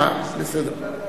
אה, בסדר.